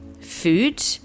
food